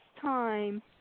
time